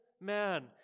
man